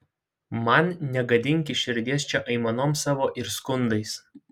man negadinki širdies čia aimanom savo ir skundais